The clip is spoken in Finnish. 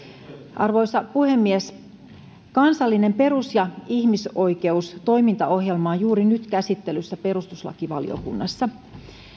arvoisa puhemies kansallinen perus ja ihmisoikeustoimintaohjelma on juuri nyt käsittelyssä perustuslakivaliokunnassa